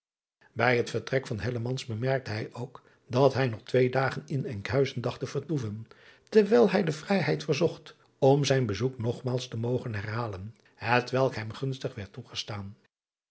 ij het vertrek van bemerkte hij ook dat hij nog twee dagen in nkhuizen dacht te vertoeven terwijl hij de vrijheid verzocht om zijn bezoek nogmaals te mogen herhalen hetwelk hem gunstig werd toegestaan